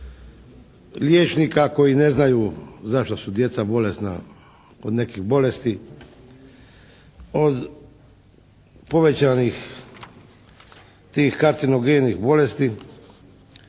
liječnika koji ne znaju zašto su djeca bolesna od nekih bolesti? Od povećanih tih karcinogenih bolesti